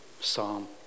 psalm